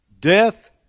death